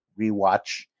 rewatch